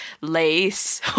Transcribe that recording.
lace